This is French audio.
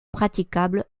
praticable